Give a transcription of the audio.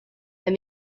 and